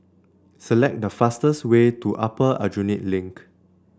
select the fastest way to Upper Aljunied Link